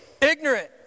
Ignorant